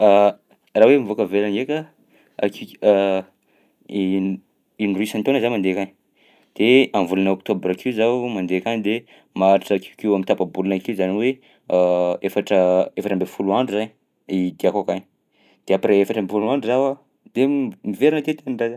Raha hoe mivoaka avelany ndraika akek- in- indroy isan-taona za mandeha akany de am'volana oktobra akeo zaho mandeha akany de maharitra akeokeo am'tapa-bolana akeo zany hoe efatra efatra amby folo andro zay i diako akagny de après efatra amby folo andro zaho a de m- miverina aty an-tanindrazana.